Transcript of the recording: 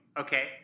Okay